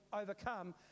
overcome